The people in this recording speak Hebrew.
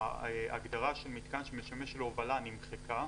ההגדרה של מיתקן שמשמש להובלה נמחקה,